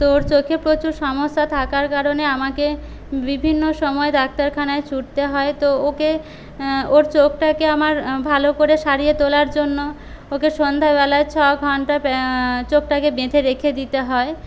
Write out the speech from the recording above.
তো ওর চোখে প্রচুর সমস্যা থাকার কারণে আমাকে বিভিন্ন সময় ডাক্তারখানায় ছুটতে হয় তো ওকে হ্যাঁ ওর চোখটাকে আমার ভালো করে সারিয়ে তোলার জন্য ওকে সন্ধ্যাবেলায় ছ ঘন্টা চোখটাকে বেঁধে রেখে দিতে হয়